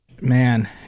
man